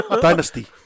dynasty